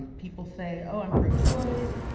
people say, oh, i'm pro-choice.